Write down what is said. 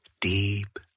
deep